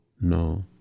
no